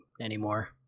anymore